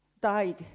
died